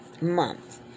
month